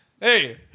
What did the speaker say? Hey